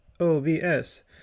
OBS